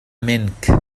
منك